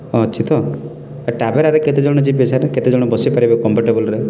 ଅଛି ତ ଟ୍ରାଭେରାରେ କେତେ ଜଣ ଯିବେ ସାର୍ କେତେ ଜଣ ବସି ପାରିବେ କମ୍ଫଟେବୁଲ୍ରେ